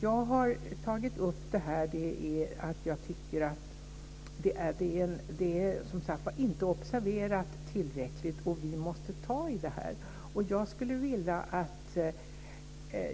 Jag har tagit upp detta därför att jag tycker att det inte har observerats tillräckligt och att vi måste ta tag i det.